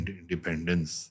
independence